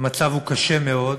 המצב קשה מאוד.